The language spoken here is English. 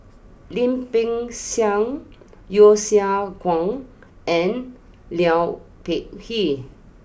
Lim Peng Siang Yeo Siak Goon and Liu Peihe